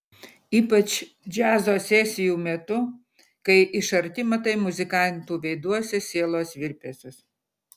ypač džiazo sesijų metu kai iš arti matai muzikantų veiduose sielos virpesius